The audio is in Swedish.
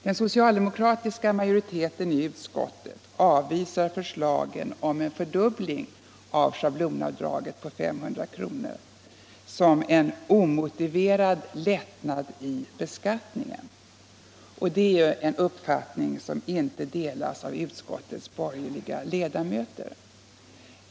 Den socialdemokratiska utskottsmajoriteten avvisar förslagen om en fördubbling av schablonavdraget på 500 kr. som ”omotiverade lättnader i beskattningen”, en uppfattning som inte delas av utskottets borgerliga ledamöter.